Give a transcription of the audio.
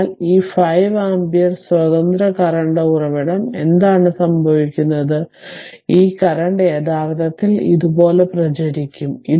അതിനാൽ ഈ 5 ആമ്പിയർ സ്വതന്ത്ര കറന്റ് ഉറവിടം എന്താണ് സംഭവിക്കുന്നത് ഈ കറന്റ് യഥാർത്ഥത്തിൽ ഇതുപോലെ പ്രചരിക്കും